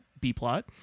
B-plot